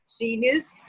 genius